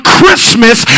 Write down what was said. Christmas